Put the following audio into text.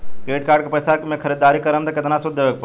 Credit card के पैसा से ख़रीदारी करम त केतना सूद देवे के पड़ी?